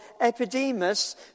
Epidemus